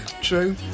True